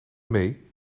mee